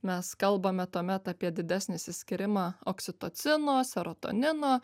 mes kalbame tuomet apie didesnį išsiskyrimą oksitocino serotonino